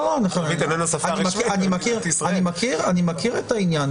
אני מכיר את העניין.